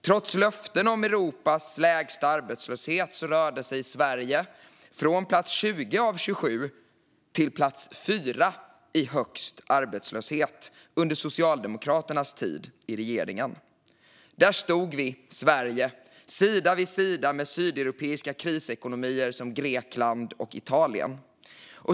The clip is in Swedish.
Trots löften om Europas lägsta arbetslöshet rörde sig Sverige från plats 20 av 27 till plats 4 i högst arbetslöshet under Socialdemokraternas tid i regeringen. Där stod Sverige, sida vid sida med sydeuropeiska krisekonomier som Grekland och Italien.